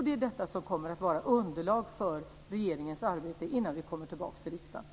Det är detta som kommer att utgöra underlag för regeringens arbete innan vi kommer tillbaka till riksdagen.